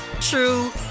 true